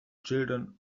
children